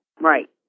Right